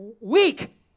weak